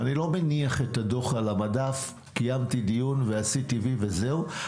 אני לא מניח את הדוח על המדף כאילו שקיימתי דיון ועשיתי וי וזהו.